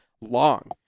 long